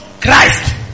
Christ